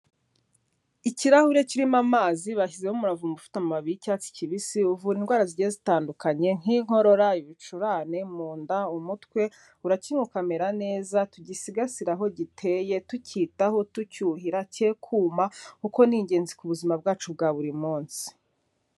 Ikirahure kirimo amazi bashyizeho umuravumba ufite amababi y'icyatsi kibisi, uvura indwara zigiye zitandukanye nk'inkorora, ibicurane, mu nda, umutwe urakinywa ukamera neza, tugisigasire aho giteye tukitaho, tucyuhira, ke kuma kuko ni ingenzi ku buzima bwacu bwa buri munsi.